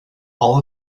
all